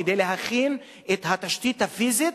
כדי להכין את התשתית הפיזית,